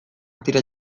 tira